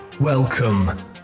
Welcome